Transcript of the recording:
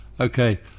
Okay